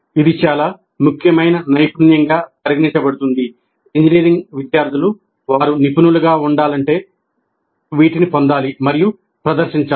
ఇది చాలా ముఖ్యమైన నైపుణ్యంగా పరిగణించబడుతుంది ఇంజనీరింగ్ విద్యార్థులు వారు నిపుణులుగా ఉండాలంటే వాటిని పొందాలి మరియు ప్రదర్శించాలి